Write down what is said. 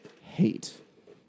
hate